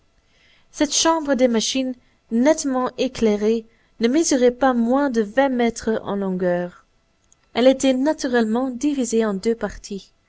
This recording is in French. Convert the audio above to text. cette chambre des machines nettement éclairée ne mesurait pas moins de vingt mètres en longueur elle était naturellement divisée en deux parties